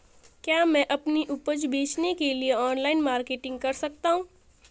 क्या मैं अपनी उपज बेचने के लिए ऑनलाइन मार्केटिंग कर सकता हूँ?